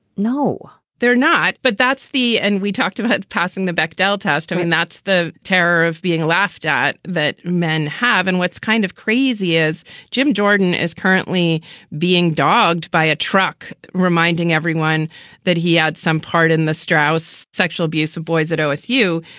no, they're not but that's the. and we talked about passing the dial test. i mean, that's the terror of being laughed at that men have. and what's kind of crazy is jim jordan is currently being dogged by a truck reminding everyone that he had some part in the strauss sexual abuse of boys at lsu.